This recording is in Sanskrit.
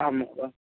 आम् महोदय